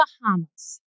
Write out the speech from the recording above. Bahamas